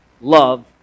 love